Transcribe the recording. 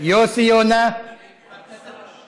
יוסי יונה, (אומר בערבית: